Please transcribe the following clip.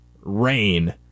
rain